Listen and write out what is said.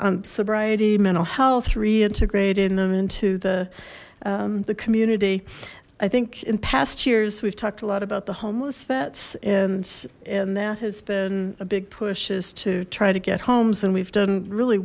on sobriety mental health reintegrating them into the the community i think in past years we've talked a lot about the homeless vets and and that has been a big push is to try to get homes and we've done really